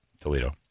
Toledo